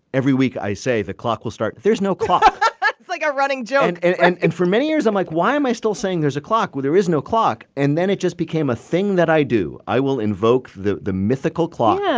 every week, i say the clock will start. there's no clock but it's like a running joke and and for many years, i'm like, why am i still saying there's a clock when there is no clock? and then it just became a thing that i do. i will invoke the the mythical clock. yeah.